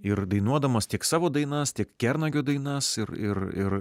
ir dainuodamas tiek savo dainas tiek kernagio dainas ir ir ir